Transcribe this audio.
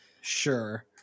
sure